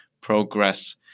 progress